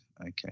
Okay